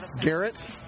Garrett